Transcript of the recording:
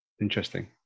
Interesting